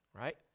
right